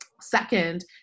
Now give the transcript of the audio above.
Second